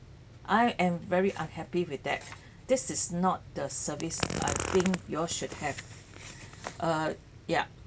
I am very unhappy with that this is not the service I think you all should have uh ya